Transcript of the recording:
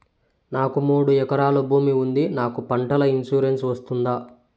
నాకు మూడు ఎకరాలు భూమి ఉంది నాకు పంటల ఇన్సూరెన్సు వస్తుందా?